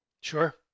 Sure